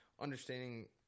understanding